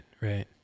right